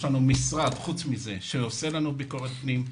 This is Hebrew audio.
יש משרד שעושה עלינו ביקורת פנים,